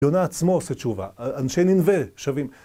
יונה עצמו עושה תשובה, אנשי ננווה שבים